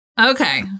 Okay